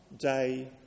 day